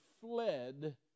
fled